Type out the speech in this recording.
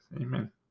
Amen